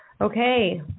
Okay